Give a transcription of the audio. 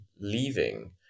leaving